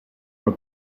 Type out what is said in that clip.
for